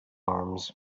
arms